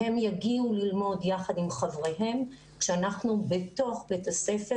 הם יגיעו ללמוד יחד עם חבריהם כשאנחנו בתוך בית הספר